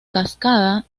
cascada